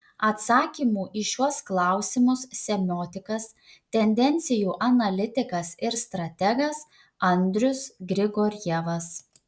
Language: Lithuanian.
atsakymų į šiuos klausimus semiotikas tendencijų analitikas ir strategas andrius grigorjevas